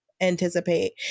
anticipate